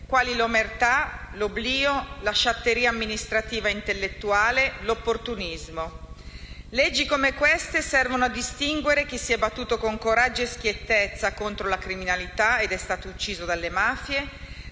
quali l'omertà, l'oblio, la sciatteria amministrativa e intellettuale, l'opportunismo. Leggi come queste servono a distinguere chi si è battuto con coraggio e schiettezza contro la criminalità ed è stato ucciso dalle mafie